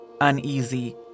uneasy